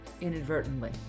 inadvertently